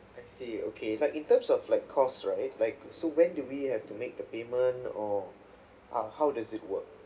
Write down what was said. I see okay like in terms of like cost right like so when do we have to make the payment or uh how does it work